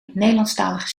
nederlandstalige